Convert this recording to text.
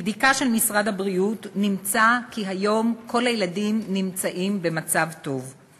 בבדיקה של משרד הבריאות נמצא כי היום כל הילדים נמצאים במצב טוב.